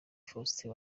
faustin